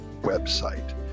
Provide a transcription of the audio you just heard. website